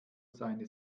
seine